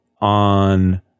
on